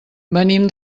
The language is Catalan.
venim